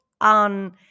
on